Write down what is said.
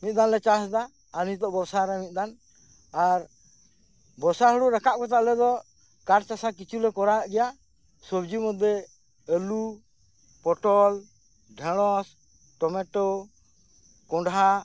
ᱢᱤᱫ ᱫᱚᱢ ᱞᱮ ᱪᱟᱥᱮᱫᱟ ᱟᱨ ᱱᱚᱛᱳᱜ ᱵᱚᱨᱥᱟ ᱨᱮ ᱢᱤᱫ ᱫᱚᱢ ᱟᱨ ᱵᱚᱨᱥᱟ ᱦᱩᱲᱩ ᱨᱟᱠᱟᱵ ᱠᱟᱛᱮ ᱟᱞᱮ ᱫᱚ ᱠᱟᱨᱪᱟᱥᱟ ᱠᱤᱪᱷᱩᱞᱮ ᱠᱚᱨᱟᱣᱮᱫ ᱜᱮᱭᱟ ᱥᱚᱵᱽᱡᱤ ᱢᱚᱫᱽᱫᱷᱮ ᱟᱞᱩ ᱯᱚᱴᱚᱞ ᱰᱷᱮᱬᱚᱥ ᱴᱚᱢᱮᱴᱳ ᱠᱚᱸᱰᱷᱟ